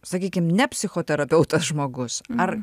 sakykim ne psichoterapeutas žmogus ar